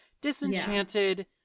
Disenchanted